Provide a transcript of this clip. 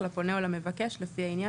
לפונה או למבקש לפי העניין,